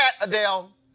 Adele